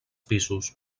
pisos